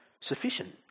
sufficient